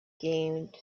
gained